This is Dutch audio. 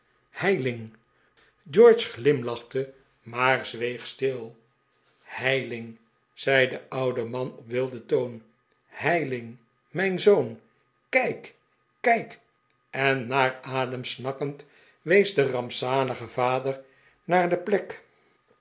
heylingl george glimlachte maar zweeg stil heyiing zei de oude man op wilden toon heyiing mijn zoon kijkl kijk en naar adem snakkend wees de rampzalige vader naar de plek